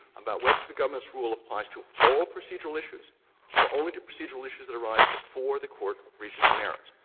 about whether the government's rule applies to all procedural issues or only to procedural issues that arise before the court reaches the merits.